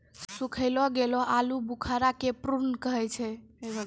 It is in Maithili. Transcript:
सुखैलो गेलो आलूबुखारा के प्रून कहै छै